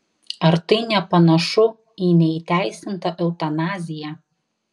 ar tai nepanašu į neįteisintą eutanaziją